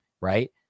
right